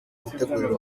gutegurira